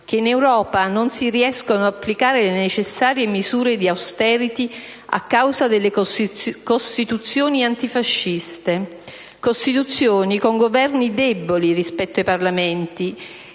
che in Europa non si riescono ad applicare le necessarie misure di *austerity* a causa delle Costituzioni antifasciste, Costituzioni con Governi deboli rispetto ai Parlamenti